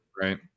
right